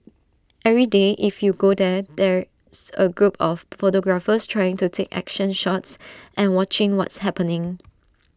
every day if you go there there's A group of photographers trying to take action shots and watching what's happening